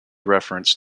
reference